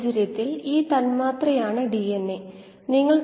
കോശങ്ങളുടെ ഉപഭോഗം ഇല്ലഅതായത് കോശങ്ങളുടെ മരണമില്ല